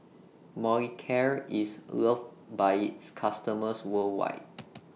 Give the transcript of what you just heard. Molicare IS loved By its customers worldwide